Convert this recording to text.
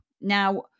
now